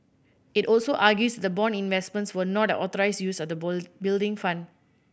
it also argues the bond investments were not an authorised use of the Building Fund